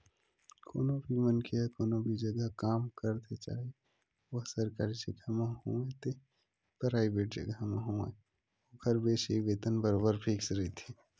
कोनो भी मनखे ह कोनो भी जघा काम करथे चाहे ओहा सरकारी जघा म होवय ते पराइवेंट जघा म होवय ओखर बेसिक वेतन बरोबर फिक्स रहिथे